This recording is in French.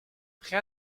rien